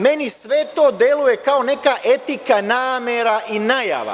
Meni sve to deluje kao neka etika namera i najava.